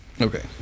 Okay